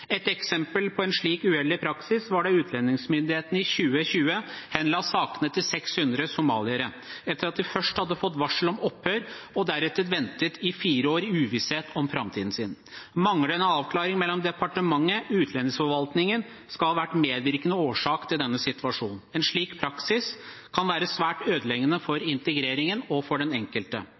Et eksempel på en slik uheldig praksis var da utlendingsmyndighetene i 2020 henla sakene til 600 somaliere etter at de først hadde fått varsel om opphør og deretter ventet i fire år i uvisshet om framtiden sin. Manglende avklaring mellom departementet og utlendingsforvaltningen skal ha vært en medvirkende årsak til denne situasjonen. En slik praksis kan være svært ødeleggende for integreringen og for den enkelte.